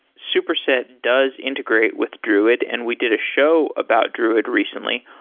superset does integrate with druid and we did a show about druid recently.